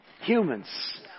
Humans